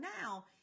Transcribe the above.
now